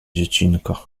dziecinko